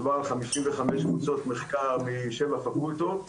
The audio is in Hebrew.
מדובר בחמישים וחמש קבוצות מחקר של שבע פקולטות.